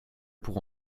pour